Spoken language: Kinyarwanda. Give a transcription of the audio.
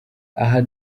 aha